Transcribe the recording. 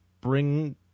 bring